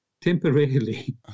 temporarily